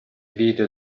video